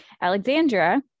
Alexandra